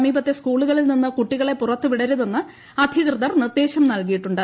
സമീപത്തെ സ്കൂളുകളിൽ നിന്നു കുട്ടികളെ പുറത്ത് വിടരുതെന്ന് അധികൃതർ നിർദേശം നൽകിയിട്ടുണ്ട്